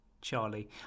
Charlie